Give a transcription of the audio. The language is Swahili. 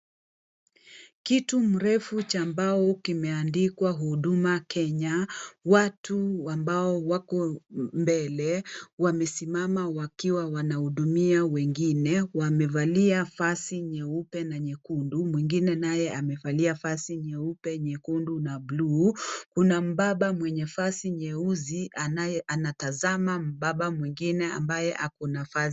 Kitu mrefu cha mbao kimeandikwa HUDUMA KENYA. Watu ambao wako mbele wamesimama wakiwa wanahudumia wengine. Wamevalia vazi nyeupe na nyekundu , mwengine naye amevalia nyeupe nyekundu na buluu Kuna baba mwenye vazi nyeusi anatazama baba mwengine ako na vazi.